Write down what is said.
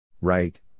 Right